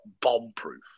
bomb-proof